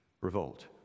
revolt